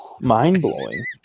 Mind-blowing